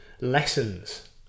lessons